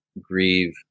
grieve